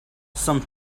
some